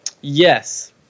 Yes